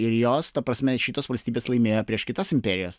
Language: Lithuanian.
ir jos ta prasme šitos valstybės laimėjo prieš kitas imperijas